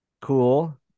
cool